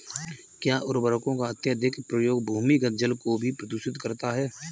क्या उर्वरकों का अत्यधिक प्रयोग भूमिगत जल को भी प्रदूषित करता है?